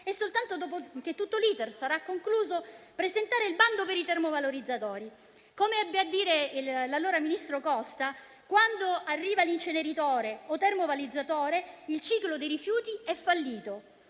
e, soltanto dopo che tutto l'*iter* sarà concluso, presentare il bando per i termovalorizzatori. Come ebbe a dire l'allora ministro Costa, quando arriva un inceneritore o termovalorizzatore, il ciclo dei rifiuti è fallito.